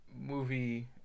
movie